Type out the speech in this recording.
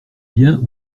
vient